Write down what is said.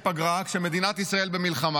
אני מבקש לאפשר לחבר הכנסת מתן כהנא להמשיך את דבריו.